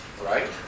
right